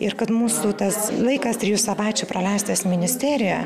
ir kad mūsų tas laikas trijų savaičių praleistas ministerijoje